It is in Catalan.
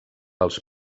els